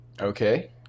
Okay